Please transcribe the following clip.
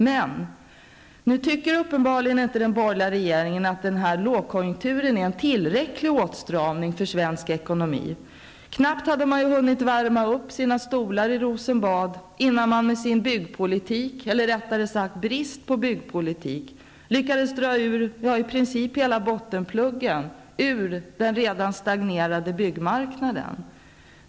Men nu tycker den borgerliga regeringen uppenbarligen inte att lågkonjunkturen innebär en tillräcklig åtstramning för svensk ekonomi. Knappt hade man hunnit värma upp sina stolar i Rosenbad förrän man med sin byggpolitik -- eller rättare sagt brist på byggpolitik -- lyckades dra bottenpluggen ur den redan stagnerade byggmarknaden.